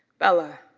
bella,